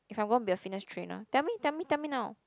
if I'm going to be a fitness trainer tell me tell me tell me now